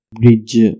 bridge